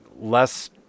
less